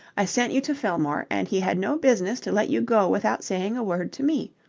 i sent you to fillmore, and he had no business to let you go without saying a word to me.